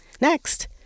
Next